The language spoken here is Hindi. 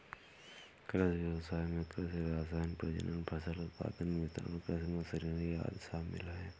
कृषि व्ययसाय में कृषि रसायन, प्रजनन, फसल उत्पादन, वितरण, कृषि मशीनरी आदि शामिल है